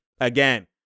again